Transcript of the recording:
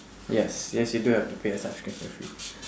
yes yes you do have to pay a subscription fee